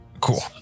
cool